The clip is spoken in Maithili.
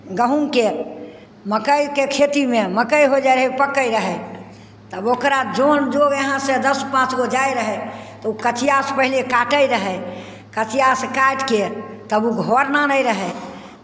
गहूमके मक्कइके खेतीमे मक्कइ होय जाइत रहय पकैत रहय तब ओकरा जन जोग यहाँसँ दस पाँच गो जाइ रहय तऽ ओ कचियासँ पहिले काटैत रहय कचियासँ काटि कऽ तब ओ घर नानैत रहय